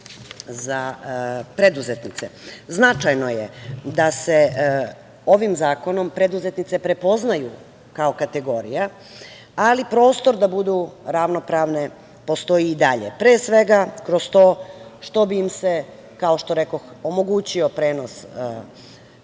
za preduzetnice. Značajno je da se ovim zakonom preduzetnice prepoznaju kao kategorija, ali prostor da budu ravnopravne postoji i dalje, pre svega, kroz to što bi im se, kao što rekoh, omogućio prenos na partnera